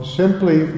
simply